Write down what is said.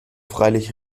freilich